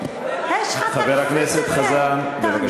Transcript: חבר הכנסת חזן, בבקשה.